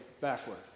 backward